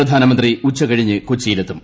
പ്രധാനമന്ത്രി ഉച്ചകഴിഞ്ഞ് കൊച്ചിയിലെത്തും